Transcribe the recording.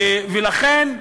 ולכן,